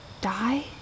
die